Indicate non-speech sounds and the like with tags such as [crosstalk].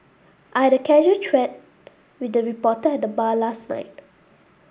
I had a casual [unintelligible] with the reporter at the bar last night